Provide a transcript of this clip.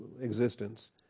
existence